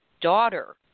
daughter